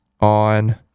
On